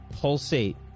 pulsate